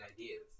ideas